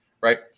right